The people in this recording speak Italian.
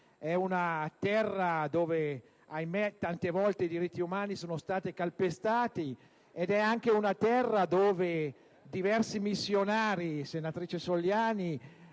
è una terra in cui - ahimè! - tante volte i diritti umani sono stati calpestati. Ed è anche una terra dove diversi missionari, senatrice Soliani,